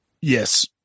Yes